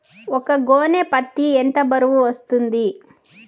ఒక గోనె పత్తి ఎంత బరువు వస్తుంది?